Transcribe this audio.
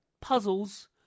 puzzles